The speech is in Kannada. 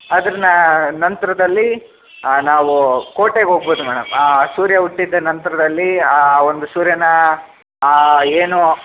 ಅದ್ರ ನಾ ನಂತರದಲ್ಲಿ ನಾವು ಕೋಟೆಗೆ ಹೋಗ್ಬೋದು ಮೇಡಮ್ ಸೂರ್ಯ ಹುಟ್ಟಿದ ನಂತರದಲ್ಲಿ ಆ ಒಂದು ಸೂರ್ಯನ ಆ ಏನು